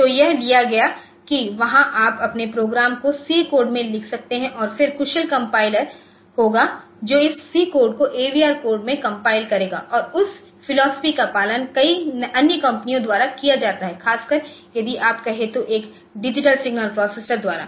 तो यह लिया गया कि वहां आप अपने प्रोग्राम को C कोड में लिख सकते हैं और फिर कुशल कम्पाइलर होगा जो इस C कोड को AVR कोड में कम्पाइल करेगा और उस फिलॉसफी का पालन कई अन्य कंपनियों द्वारा किया जाता है खासकर यदि आप कहें तो एक डिजिटल सिग्नल प्रोसेसर द्वारा